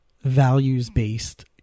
values-based